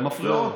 הן מפריעות.